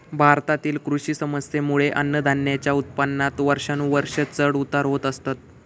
भारतातील कृषी समस्येंमुळे अन्नधान्याच्या उत्पादनात वर्षानुवर्षा चढ उतार होत असतत